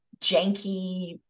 janky